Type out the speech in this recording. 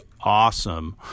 awesome